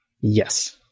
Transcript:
Yes